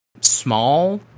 small